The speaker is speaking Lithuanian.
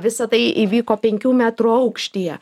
visa tai įvyko penkių metrų aukštyje